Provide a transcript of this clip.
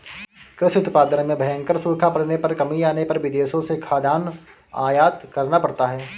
कृषि उत्पादन में भयंकर सूखा पड़ने पर कमी आने पर विदेशों से खाद्यान्न आयात करना पड़ता है